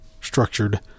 structured